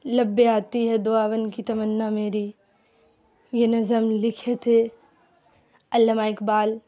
لب پہ آتی دعا بن کے تمنا میری یہ نظم لکھے تھے علامہ اقبال